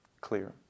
clear